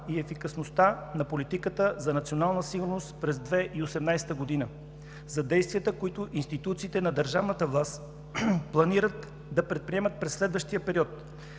и ефикасността на политиката за национална сигурност през 2018 г., за действията, които институциите на държавната власт планират да предприемат през следващия период.